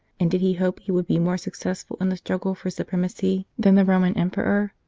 and did he hope he would be more successful in the struggle for supremacy than the roman emperor?